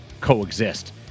coexist